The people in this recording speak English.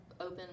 open